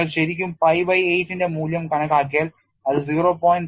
നിങ്ങൾ ശരിക്കും pi by 8 ന്റെ മൂല്യം കണക്കാക്കിയാൽ അത് 0